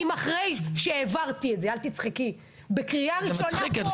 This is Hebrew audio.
אם אחרי שהעברתי את זה אל תצחקי בקריאה ראשונה פה --- זה מצחיק,